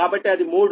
కాబట్టి అది 3